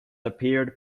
appeared